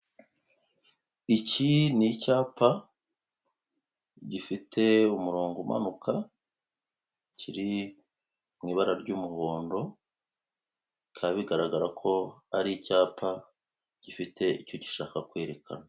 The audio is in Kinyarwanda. Iki ni icyapa gifite umurongo umanuka kiri mu ibara ry'umuhondo bikaba bigaragara ko ari icyapa gifite icyo gishaka kwerekana.